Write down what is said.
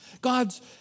God's